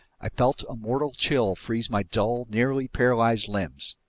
i felt a mortal chill freeze my dull, nearly paralyzed limbs.